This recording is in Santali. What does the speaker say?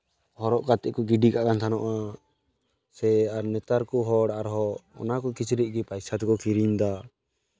ᱦᱚᱨᱚᱜ ᱠᱟᱛᱮ ᱠᱚ ᱜᱤᱰᱤ ᱠᱟᱜ ᱠᱟᱱ ᱛᱟᱦᱮᱸ ᱠᱟᱱᱟ ᱥᱮ ᱟᱨ ᱱᱮᱛᱟᱨ ᱠᱚ ᱦᱚᱲ ᱟᱨᱦᱚᱸ ᱚᱱᱟ ᱠᱚ ᱠᱤᱪᱨᱤᱡ ᱜᱮ ᱯᱚᱭᱥᱟ ᱛᱮᱠᱚ ᱠᱤᱨᱤᱧᱮᱫᱟ